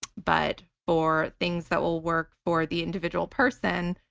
but for things that will work for the individual person,